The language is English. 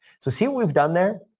so see, we've done there?